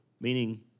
meaning